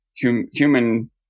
human